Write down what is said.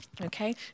Okay